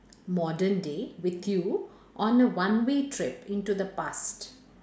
modern day with you on a one way trip into the past